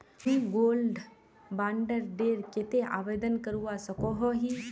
मुई gold bond डेर केते आवेदन करवा सकोहो ही?